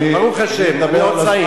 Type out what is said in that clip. ברוך השם, אני עוד צעיר.